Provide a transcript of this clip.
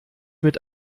mit